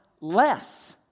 less